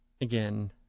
again